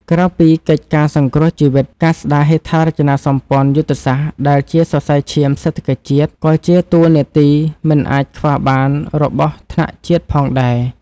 ក្រៅពីកិច្ចការសង្គ្រោះជីវិត ការស្ដារហេដ្ឋារចនាសម្ព័ន្ធយុទ្ធសាស្ត្រដែលជាសរសៃឈាមសេដ្ឋកិច្ចជាតិ ក៏ជាតួនាទីមិនអាចខ្វះបានរបស់ថ្នាក់ជាតិផងដែរ។